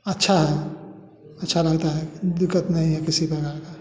अच्छा है अच्छा लगता है दिक़्क़त नहीं है किसी प्रकार का